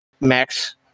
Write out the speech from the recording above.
Max